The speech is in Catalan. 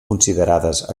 considerades